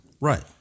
Right